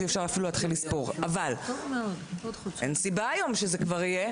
אבל אין סיבה היום שזה יהיה.